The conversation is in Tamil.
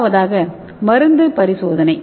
முதலாவது மருந்து பரிசோதனை